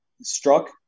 struck